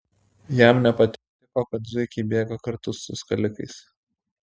jam nepatiko kad zuikiai bėga kartu su skalikais